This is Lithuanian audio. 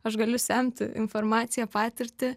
aš galiu semti informaciją patirtį